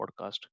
podcast